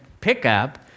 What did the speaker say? pickup